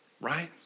right